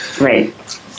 right